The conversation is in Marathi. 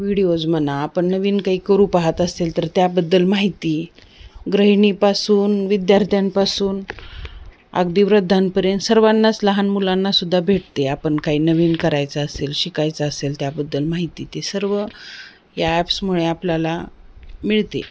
व्हिडिओज म्हणा आपन नवीन काही करू पहात असेल तर त्याबद्दल माहिती गृहिणीपासून विद्यार्थ्यांपासून अगदी वृद्धांपर्यंत सर्वांनाच लहान मुलांनासुद्धा भेटते आपण काही नवीन करायचं असेल शिकायचं असेल त्याबद्दल माहिती ते सर्व या ॲप्समुळे आपल्याला मिळते